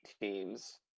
teams